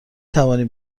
توانی